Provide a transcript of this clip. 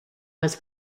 was